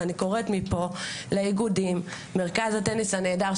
ואני קוראת מפה לאיגודים מרכז הטניס הנהדר,